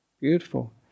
Beautiful